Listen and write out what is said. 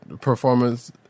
performance